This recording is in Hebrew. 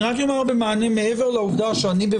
אני רק אגיד במענה מעבר לעובדה שאני,